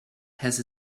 has